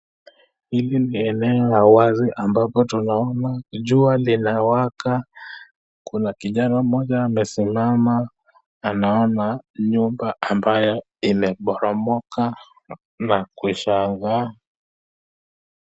Hili ni eneo ya wazi ambapo tunaona jua linawaka, kuna kijana mmoja amesimama anaona nyumba ambayo imeboromoka na kushangaa.